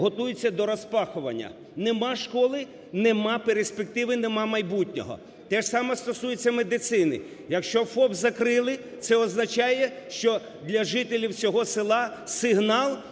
готується до розпахування. Нема школи – нема перспективи, нема майбутнього. Те ж саме стосується медицини. Якщо ФАП закрили, це означає, що для жителів цього села сигнал,